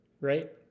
right